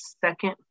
second